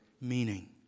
meaning